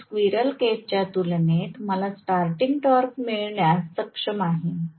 तर squirrel cage च्या तुलनेत मला स्टार्टींग टॉर्क मिळण्यास सक्षम आहे